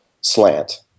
slant